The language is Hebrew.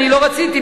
לא רציתי,